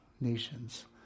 nations